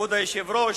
כבוד היושב-ראש,